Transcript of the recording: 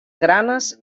granes